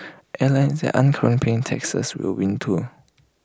airlines that aren't currently paying taxes will win too